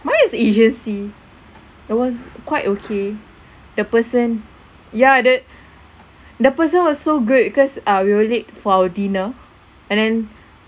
mine is agency it was quite okay the person ya the the person was so good cause uh we already late for our dinner and then